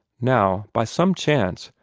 now, by some chance,